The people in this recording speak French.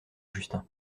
justin